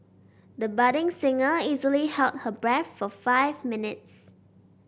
the budding singer easily held her breath for five minutes